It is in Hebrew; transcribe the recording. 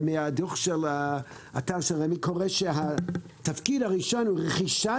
מהדוח של אתר רמ"י אני קורא שהתפקיד הראשון הוא "רכישת